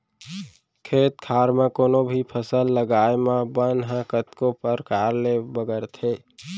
खेत खार म कोनों भी फसल लगाए म बन ह कतको परकार ले बगरथे